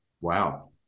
Wow